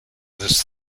this